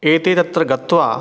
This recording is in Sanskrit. एते तत्र गत्वा